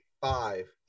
five